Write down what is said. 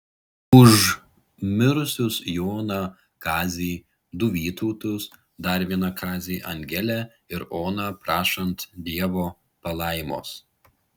už mirusius joną kazį du vytautus dar vieną kazį angelę ir oną prašant dievo palaimos